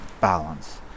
balance